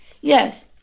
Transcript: Yes